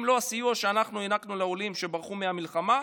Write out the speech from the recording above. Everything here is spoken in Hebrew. אם לא הסיוע שאנחנו הענקנו לעולים שברחו מהמלחמה,